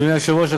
אדוני היושב-ראש,